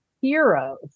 Heroes